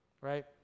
right